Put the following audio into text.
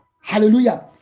Hallelujah